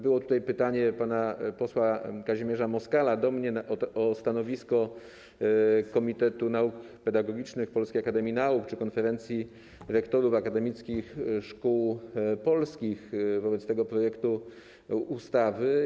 Było tutaj pytanie pana posła Kazimierza Moskala do mnie o stanowisko Komitetu Nauk Pedagogicznych Polskiej Akademii Nauk czy Konferencji Rektorów Akademickich Szkół Polskich wobec tego projektu ustawy.